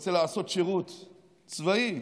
שרוצה לעשות שירות צבאי,